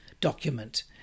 document